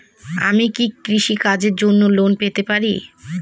আমি কি কৃষি কাজের জন্য লোন পেতে পারি?